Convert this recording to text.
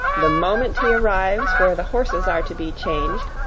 the moment he arrives where the horses are to be changed,